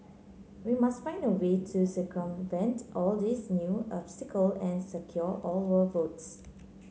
we must find a way to circumvent all these new obstacle and secure our votes